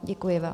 Děkuji vám.